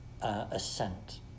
assent